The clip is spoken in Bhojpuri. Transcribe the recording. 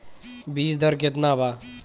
बीज दर केतना वा?